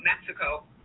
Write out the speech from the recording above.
Mexico